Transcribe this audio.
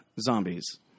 zombies